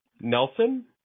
Nelson